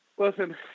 Listen